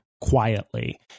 quietly